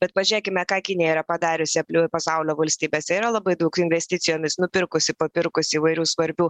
bet pažiūrėkime ką kinija yra padariusi apliui pasaulio valstybėse yra labai daug investicijomis nupirkusi papirkusi įvairių svarbių